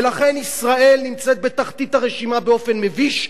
ולכן ישראל נמצאת בתחתית הרשימה באופן מביש,